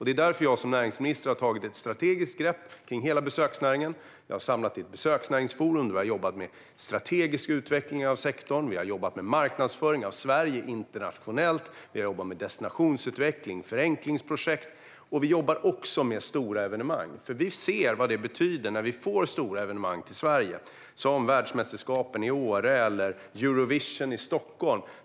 Det är därför som jag som näringsminister har tagit ett strategiskt grepp om hela besöksnäringen. Jag har samlat till ett besöksnäringsforum, och vi har jobbat med en strategisk utveckling av sektorn, med marknadsföring av Sverige internationellt, med destinationsutveckling, med förenklingsprojekt och vi jobbar också med stora evenemang. Vi ser vad det betyder att få stora evenemang till Sverige såsom världsmästerskapen i Åre eller Eurovision i Stockholm.